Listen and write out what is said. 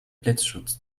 blitzschutz